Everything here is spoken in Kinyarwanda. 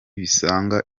bisaga